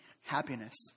happiness